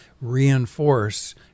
reinforce